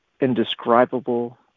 indescribable